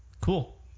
Cool